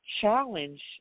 challenge